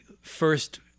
first